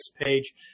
page